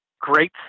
great